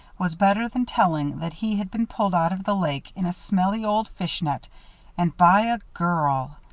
was better than telling that he had been pulled out of the lake in a smelly old fish net and by a girl!